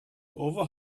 over